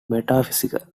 metaphysical